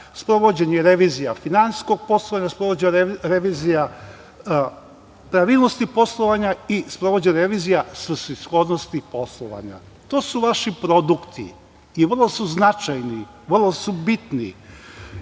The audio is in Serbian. sprovođenje revizija finansijskog poslovanja, sprovođenje revizija pravilnosti poslovanja i sprovođenje revizija svrsishodnosti poslovanja. To su vaši produkti i vrlo su značajni, vrlo su bitni.